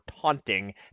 taunting